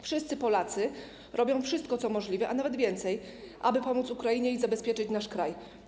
Wszyscy Polacy robią wszystko co możliwe, a nawet więcej, aby pomóc Ukrainie i zabezpieczyć nasz kraj.